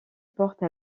porte